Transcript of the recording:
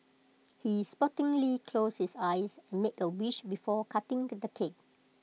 he sportingly closed his eyes and made A wish before cutting on the cake